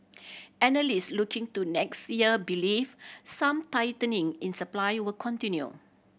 analyst looking to next year believe some tightening in supply will continue